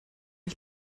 ich